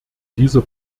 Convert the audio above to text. dieser